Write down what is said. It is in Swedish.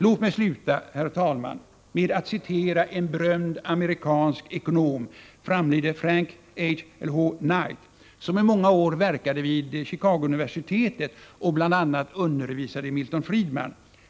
Låt mig, herr talman, sluta med att citera en berömd amerikansk ekonom, framlidne Frank H. Knight, som i många år verkade vid Chicagouniversitetet och bl.a. undervisade Milton Friedman.